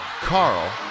Carl